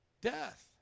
Death